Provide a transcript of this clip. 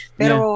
pero